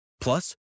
Plus